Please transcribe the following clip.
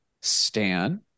stan